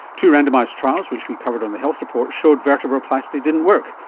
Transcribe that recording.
two randomised trials which we covered on the health report showed vertebroplasty didn't work,